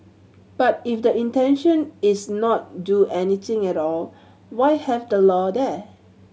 but if the intention is not do anything at all why have the law there